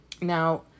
Now